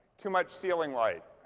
too much ceiling light.